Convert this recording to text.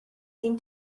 seem